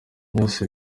byose